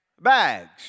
bags